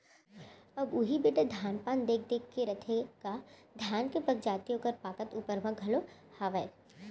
अब उही बेटा धान पान देख देख के रथेगा धान के पगजाति ओकर पाकत ऊपर म घलौ हावय